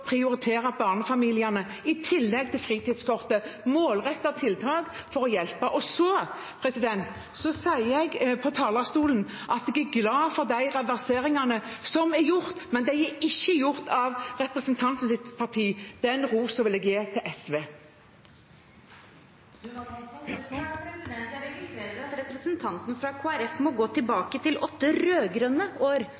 prioritere barnefamiliene, med målrettede tiltak for å hjelpe. Jeg sa på talerstolen at jeg er glad for de reverseringene som er gjort, men de er ikke gjort av representantens parti. Den rosen vil jeg gi til SV. Jeg registrerer at representanten fra Kristelig Folkeparti må gå